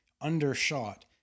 undershot